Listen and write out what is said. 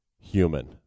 human